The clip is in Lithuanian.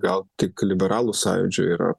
gal tik liberalų sąjūdžio yra